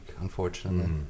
unfortunately